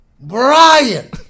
Brian